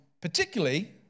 particularly